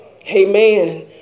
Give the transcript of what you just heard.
Amen